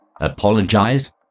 apologize